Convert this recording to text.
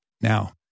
Now